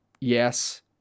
yes